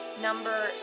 number